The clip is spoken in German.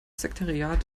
sekretariat